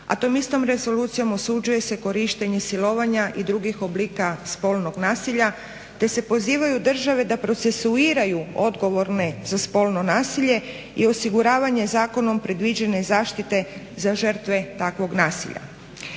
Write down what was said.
a tom istom rezolucijom osuđuje se korištenje silovanja i drugih oblika spolnog nasilja. Te se pozivaju države da procesuiraju odgovorne za spolno nasilje i osiguravanje zakonom predviđene zaštite za žrtve takvog nasilja.